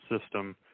system